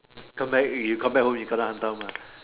come back you come back won't be Kena Hantam lah